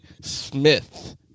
Smith